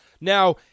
Now